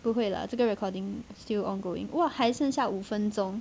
不会 lah 这个 recording still ongoing !wah! 还剩下五分钟